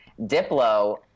Diplo